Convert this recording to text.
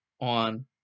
on